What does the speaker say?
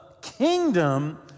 kingdom